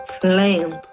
flame